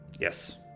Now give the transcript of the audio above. Yes